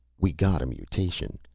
we got a mutation.